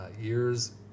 years